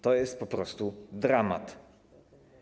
To jest po prostu dramat.